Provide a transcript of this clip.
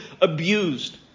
abused